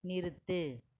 நிறுத்து